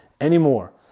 anymore